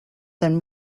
than